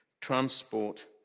transport